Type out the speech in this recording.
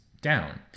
down